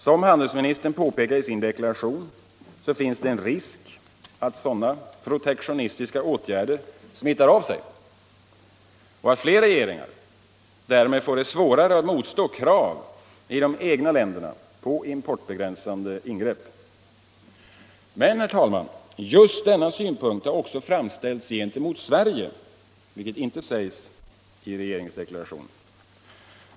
Som handelsministern påpekar i sin deklaration finns det en risk för att sådana protektionistiska åtgärder smittar av sig och att fler regeringar därmed får det svårare att motstå krav i de egna länderna på importbegränsande ingrepp. Men, herr talman, just denna synpunkt har också framförts gentemot Sverige, vilket inte sägs i regeringsdeklarationen.